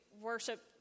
worship